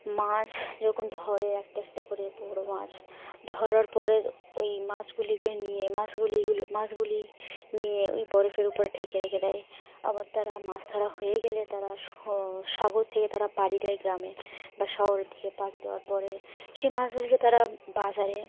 মাছ যখন ধরে একটা একটা করে পড়ো মাছ ধরার পরে ওই মাছগুলিকে নিয়ে মাছগুলিগুলো মাছগুলি নিয়ে ওই বরফের উপরে ঢেকে রেখে দেয় আবার তারা মাছ ধরা হয়ে গেলে তারা স সাগর থেকে তারা পাড়ি দেয় গ্রামে বা শহরের দিকে পাড়ি দেওয়ার পরে সেই মাছগুলিকে তারা বাজারে